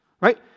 right